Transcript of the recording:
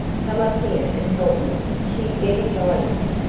come up here and help me! she's gettin' vi'lent!